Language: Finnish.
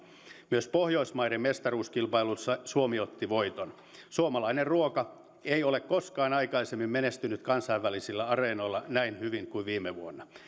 myös pohjoismaiden mestaruuskilpailuissa suomi otti voiton suomalainen ruoka ei ole koskaan aikaisemmin menestynyt kansainvälisillä areenoilla näin hyvin kuin viime vuonna